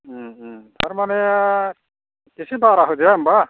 तारमाने एसे बारा होजाया होनबा